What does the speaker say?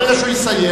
ברגע שהוא יסיים,